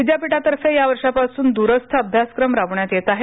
विद्यापीठातर्फे या वर्षापासून दूरस्थअभ्याक्रम राबविण्यात येत आहेत